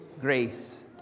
grace